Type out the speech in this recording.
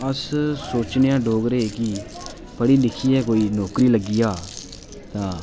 अस सोचने आं डोगरे कि पढ़ी लिखियै कोई नौकरी लग्गी जा तां